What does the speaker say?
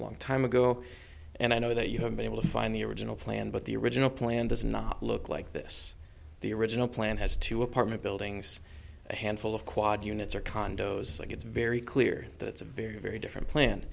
long time ago and i know that you have been able to find the original plan but the original plan does not look like this the original plan has to apartment buildings a handful of quad units or condos it's very clear that it's a very very different plan